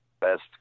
best